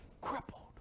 crippled